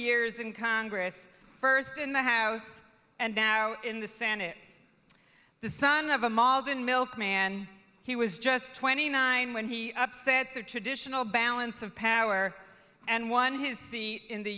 years in congress first in the house and now in the senate the son of a modern milkman he was just twenty nine when he upset the traditional balance of power and won his seat in the